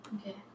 okay